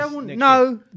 No